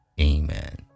Amen